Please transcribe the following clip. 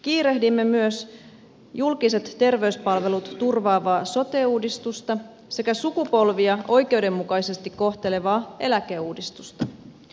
kiirehdimme myös julkiset terveyspalvelut turvaavaa sote uudistusta sekä sukupolvia oikeudenmukaisesti kohtelevaa eläkeuudistusta